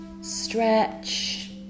Stretch